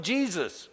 Jesus